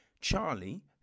Charlie